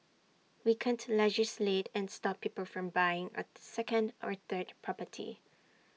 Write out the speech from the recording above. we can't legislate and stop people from buying A second or third property